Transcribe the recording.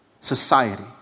society